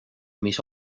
mis